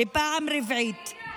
לפעם רביעית.